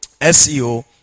SEO